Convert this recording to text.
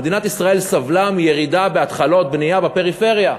מדינת ישראל סבלה מירידה בהתחלות בנייה בפריפריה.